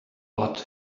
but